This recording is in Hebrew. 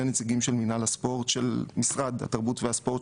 שני נציגים של משרד התרבות והספורט.